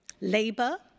labour